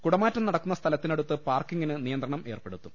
കുടമാറ്റം നട്ടക്കുന്ന സ്ഥലത്തിനടുത്ത് പാർക്കിംഗിന് നിയ ന്ത്രണം ഏർപ്പെടുത്തും